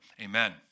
Amen